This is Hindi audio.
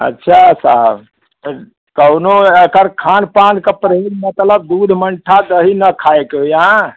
अच्छा साहब काउनों एकर खान पान का परहेज़ मतलब दूध मंट्ठा दही ना खाइके होई हाँ